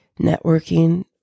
networking